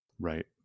Right